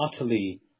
utterly